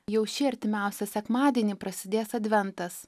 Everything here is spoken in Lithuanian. jau šį artimiausią sekmadienį prasidės adventas